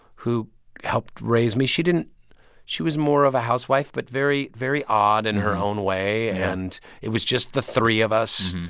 who helped raise me, she didn't she was more of a housewife but very, very odd in her own way. and it was just the three of us.